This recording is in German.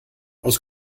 aus